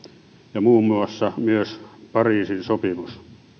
ja myös muun muassa pariisin sopimus